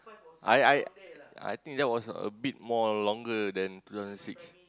I I I think that was a bit more longer than two thousand six